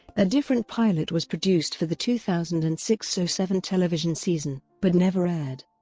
a different pilot was produced for the two thousand and six so seven television season, but never aired.